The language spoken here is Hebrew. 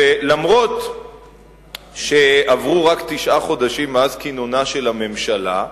ואף שעברו רק תשעה חודשים מאז כינונה של הממשלה,